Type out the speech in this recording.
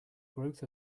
growth